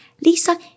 Lisa